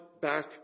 back